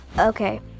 Okay